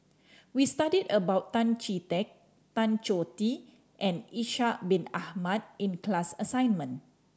we studied about Tan Chee Teck Tan Choh Tee and Ishak Bin Ahmad in class assignment